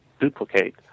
duplicate